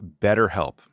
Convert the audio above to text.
BetterHelp